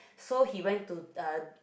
so he went to uh